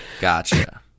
gotcha